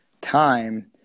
time